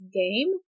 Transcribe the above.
game